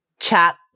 chat